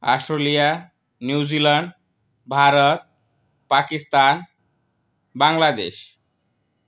Australia New Zealand Bharat Pakistan Bangladesh